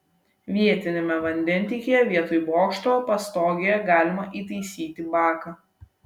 vietiniame vandentiekyje vietoj bokšto pastogėje galima įtaisyti baką